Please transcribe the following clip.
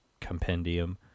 compendium